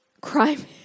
crime